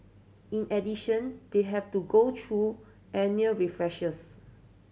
in addition they have to go through annual refreshers